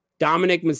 Dominic